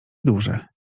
duże